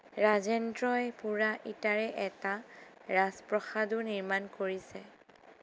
ৰাজেন্দ্ৰই পোৰা ইটাৰে এটা ৰাজপ্ৰসাদো নিৰ্মাণ কৰিছে